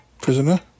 prisoner